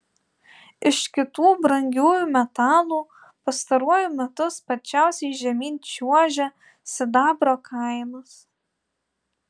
iš kitų brangiųjų metalų pastaruoju metu sparčiausiai žemyn čiuožia sidabro kainos